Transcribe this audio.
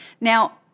Now